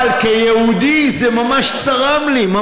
אבל כיהודי, זה ממש צרם לי.